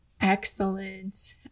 Excellent